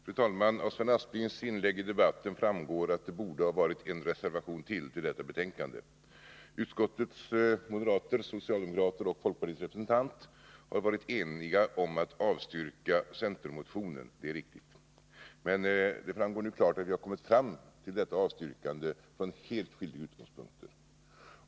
Fru talman! Av Sven Asplings inlägg framgår att det borde ha varit ytterligare en reservation till detta betänkande. Utskottets moderater och socialdemokrater liksom folkpartiets representant har varit eniga om att avstyrka centermotionen, det är riktigt. Men det framgår nu klart att vi kommit fram till detta avstyrkande från helt skilda utgångspunkter.